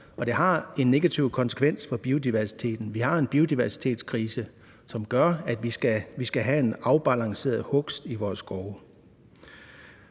det har en negativ konsekvens for biodiversiteten. Vi har en biodiversitetskrise, som gør, at vi skal have en afbalanceret hugst i vores skove.